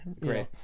Great